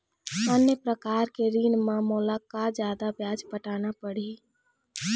अन्य प्रकार के ऋण म मोला का जादा ब्याज पटाना पड़ही?